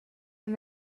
and